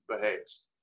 behaves